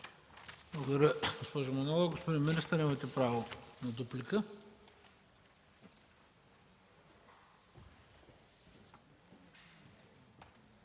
Господин министър, имате право на дуплика.